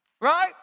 Right